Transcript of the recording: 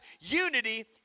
unity